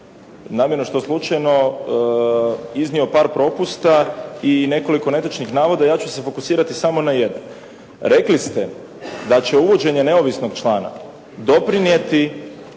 namjerno, što slučajno, iznio par propusta i nekoliko netočnih navoda. Ja ću se fokusirati samo na jedan. Rekli ste da će uvođenje neovisnog člana doprinijeti